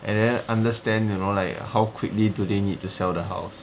and then understand you know like how quickly do they need to sell the house